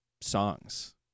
songs